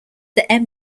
that